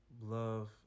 love